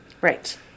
Right